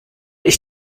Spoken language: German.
ich